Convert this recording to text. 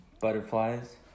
butterflies